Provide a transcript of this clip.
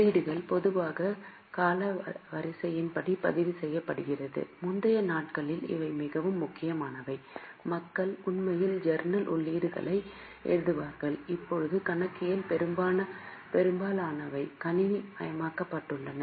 உள்ளீடுகள் பொதுவாக காலவரிசைப்படி பதிவு செய்யப்படுகின்றன முந்தைய நாட்களில் இவை மிகவும் முக்கியமானவை மக்கள் உண்மையில் ஜர்னல் உள்ளீடுகளை எழுதுவார்கள் இப்போது கணக்கியலில் பெரும்பாலானவை கணினிமயமாக்கப்பட்டுள்ளன